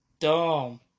dumb